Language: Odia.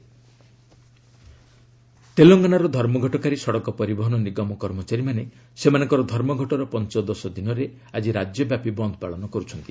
ତେଲଙ୍ଗାନା ବନ୍ଦ୍ ତେଲଙ୍ଗାନାର ଧର୍ମଘଟକାରୀ ସଡ଼କ ପରିବହନ ନିଗମ କର୍ମଚାରୀମାନେ ସେମାନଙ୍କ ଧର୍ମଘଟର ପଞ୍ଚଦଶ ଦିନରେ ଆଜି ରାଜ୍ୟବ୍ୟାପୀ ବନ୍ଦ ପାଳନ କରୁଛନ୍ତି